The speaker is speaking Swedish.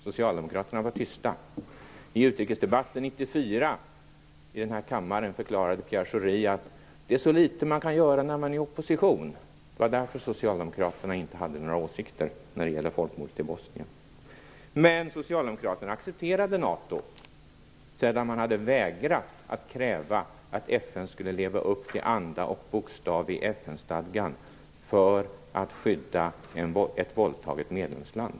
Socialdemokraterna var tysta. I utrikesdebatten i den här kammaren 1994 förklarade Pierre Schori att det är så litet man kan göra när man är i opposition. Det var därför socialdemokraterna inte hade några åsikter när det gällde folkmordet i Bosnien. Men socialdemokraterna accepterade NATO sedan man hade vägrat att kräva att FN skulle leva upp till anda och bokstav i FN-stadgan för att skydda ett våldtaget medlemsland.